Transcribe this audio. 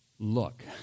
Look